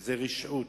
שזה רשעות.